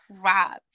crap